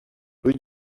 rue